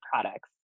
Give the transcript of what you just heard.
products